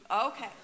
Okay